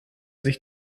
sich